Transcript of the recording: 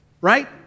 right